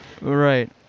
Right